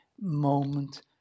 moment